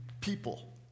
people